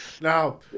Now